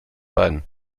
bein